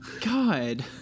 God